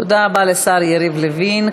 תודה רבה לשר יריב לוין.